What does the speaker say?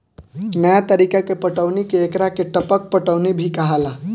नया तरीका के पटौनी के एकरा के टपक पटौनी भी कहाला